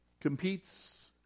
Competes